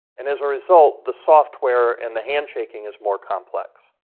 and as a result, the software and the handshaking is more complex.